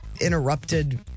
interrupted